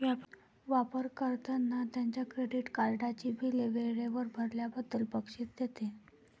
वापर कर्त्यांना त्यांच्या क्रेडिट कार्डची बिले वेळेवर भरल्याबद्दल बक्षीस देते